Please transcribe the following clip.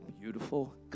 beautiful